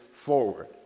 Forward